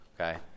okay